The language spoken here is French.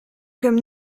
comme